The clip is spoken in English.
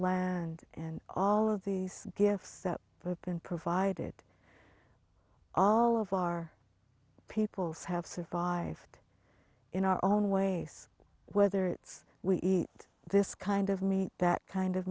land and all of these gifts that have been provided all of our peoples have survived in our own ways whether it's we eat this kind of me that kind of